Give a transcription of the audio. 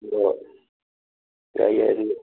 ꯑꯣ ꯌꯥꯏ ꯌꯥꯏ ꯑꯗꯨ